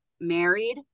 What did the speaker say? married